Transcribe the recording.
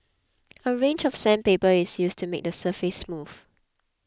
a range of sandpaper is used to make the surface smooth